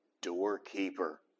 doorkeeper